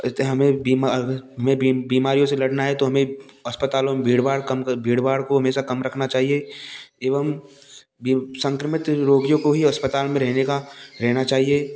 अतः हमें बीमा में बीमारियों से लड़ना है तो हमें अस्पतालों में भीड़ भाड़ कम क भीड़ भाड़ को हमेशा कम रखना चाहिए एवं संक्रमित रोगियों को ही अस्पताल में रहने का रहना चाहिए